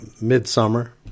Midsummer